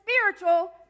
spiritual